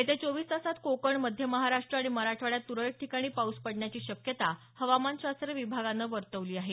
येत्या चोवीस तासांत कोकण मध्य महाराष्ट्र आणि मराठवाड्यात त्रळक ठिकाणी पाऊस पडण्याची शक्यता हवामानशास्त्र विभागानं वर्तवली आहे